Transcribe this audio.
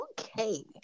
Okay